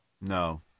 No